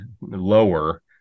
lower